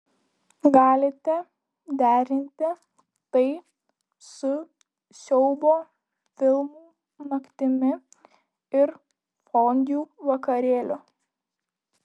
galite derinti tai su siaubo filmų naktimi ir fondiu vakarėliu